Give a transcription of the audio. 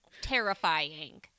Terrifying